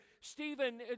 Stephen